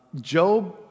Job